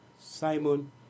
Simon